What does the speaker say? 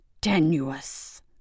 tenuous